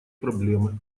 проблемы